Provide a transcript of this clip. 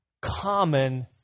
common